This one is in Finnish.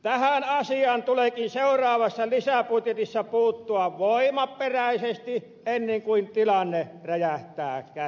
tähän asiaan tuleekin seuraavassa lisäbudjetissa puuttua voimaperäisesti ennen kuin tilanne räjähtää käsiin